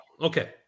Okay